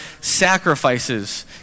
sacrifices